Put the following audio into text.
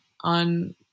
on